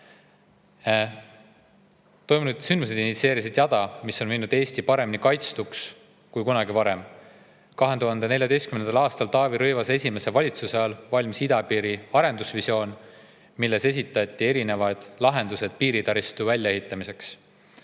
Toimunud sündmused initsieerisid jada, mis on [muutnud] Eesti paremini kaitstuks kui kunagi varem. 2014. aastal, Taavi Rõivase esimese valitsuse ajal, valmis idapiiri arendamise visioon, milles esitati erinevad lahendused piiritaristu väljaehitamiseks.